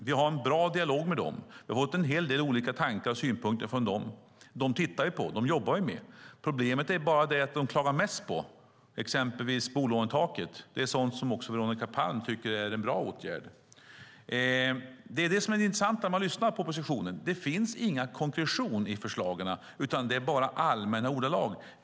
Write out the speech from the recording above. Vi har en bra dialog med dem. Vi har fått en hel del olika tankar och synpunkter från dem. Dem tittar vi på och jobbar med. Problemet är bara att det de klagar mest på, exempelvis bolånetaket, är sådant som Veronica Palm tycker är en bra åtgärd. Det intressanta när man lyssnar på oppositionen är att det inte finns någon konkretion i förslagen, utan det är bara allmänna ordalag.